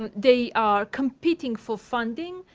um they are competing for funding,